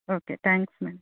okay thanks madam